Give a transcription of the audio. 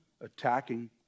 attacking